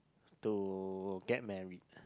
to get married